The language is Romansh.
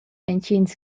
entgins